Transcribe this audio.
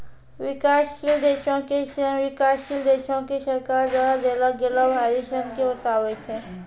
विकासशील देशो के ऋण विकासशील देशो के सरकार द्वारा देलो गेलो बाहरी ऋण के बताबै छै